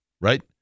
right